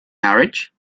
marriage